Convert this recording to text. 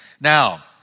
Now